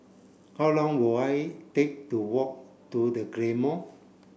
how long will it take to walk to The Claymore